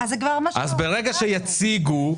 ברגע שיציגו,